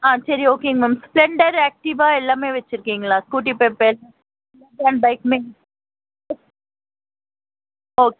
ஆ சரி ஓகேங்க ma'am Splendor Activa எல்லாம் வைச்சுருக்கீங்களா ஸ்கூட்டி பெப்பே எல்லா பைக்குமே ஓ ஓகே